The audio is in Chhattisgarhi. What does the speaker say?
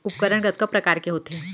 उपकरण कतका प्रकार के होथे?